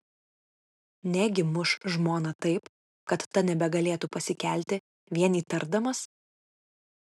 negi muš žmoną taip kad ta nebegalėtų pasikelti vien įtardamas